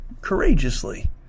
courageously